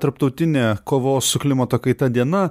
tarptautinė kovos su klimato kaita diena